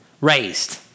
raised